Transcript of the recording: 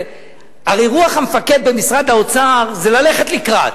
הרי רוח המפקד במשרד האוצר זה ללכת לקראת,